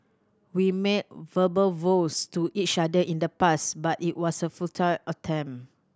we made verbal vows to each other in the past but it was a futile attempt